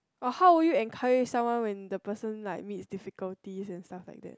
but how would you encourage someone when the person like meets difficulties and stuff like that